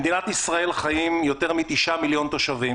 במדינת ישראל חיים יותר מתשעה מיליון תושבים